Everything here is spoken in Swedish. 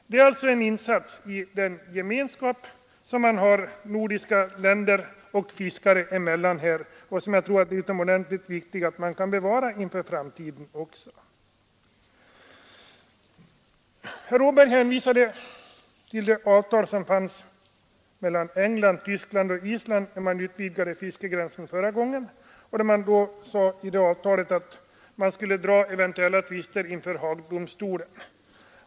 Det är alltså en insats i gemenskapen nordiska länder och fiskare emellan, som jag tror att det är utomordentligt viktigt att man kan bevara i framtiden. Herr Åberg hänvisade till de avtal som fanns mellan England, Tyskland och Island sedan fiskegränsen utvidgades förra gången. I det avtalet sägs att man skall dra eventuella tvister inför Haagdomstolen.